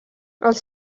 els